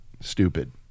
stupid